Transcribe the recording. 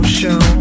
show